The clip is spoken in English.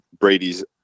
Brady's